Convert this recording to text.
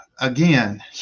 again